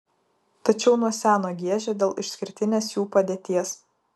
tačiau nuo seno giežė dėl išskirtinės jų padėties